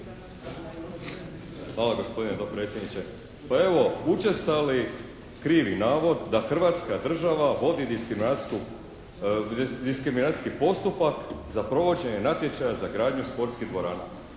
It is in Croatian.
Hvala gospodine dopredsjedniče. Pa evo, učestali krivi navod da Hrvatska država vodi diskriminacijski postupak za provođenje natječaja za gradnju sportskih dvorana.